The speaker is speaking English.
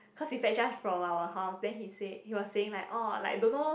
because he's like just from our house then he say he was saying like don't know